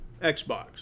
Xbox